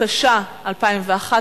התשע"א 2011,